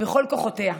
בכל כוחותיה,